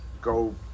Go